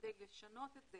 כדי לשנות את זה